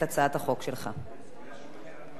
זה